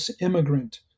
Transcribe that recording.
immigrant